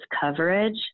coverage